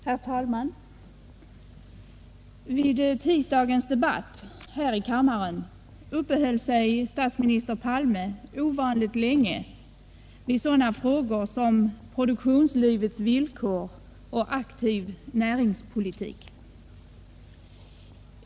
Herr talman! Under tisdagens debatt här i kammaren uppehöll sig statsminister Palme ovanligt länge vid sådana frågor som produktionslivets villkor och aktiv näringspolitik.